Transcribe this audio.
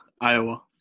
Iowa